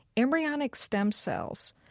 embryonic stem cells,